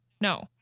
no